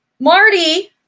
Marty